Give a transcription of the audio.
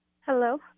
Hello